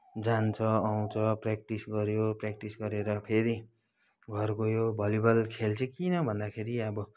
जान्छ आउँछ प्र्याक्टिस गऱ्यो प्र्याक्टिस गरेर फेरि घर गयो भलिबल खेल चाहिँ किन भन्दाखेरि अब